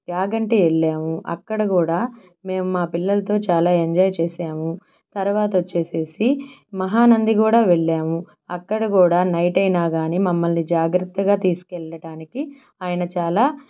యాగంటి వెళ్ళాము అక్కడ కూడా మేం మా పిల్లలతో చాల ఎంజాయ్ చేసాము తర్వాత వచ్చేసి మహానంది కూడా వెళ్ళాము అక్కడ కూడా నైట్ అయినా కానీ మమ్మల్ని జాగ్రత్తగా తీసుకెళ్ళటానికి ఆయన చాలా